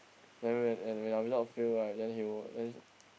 then when and when our result fail right then he will then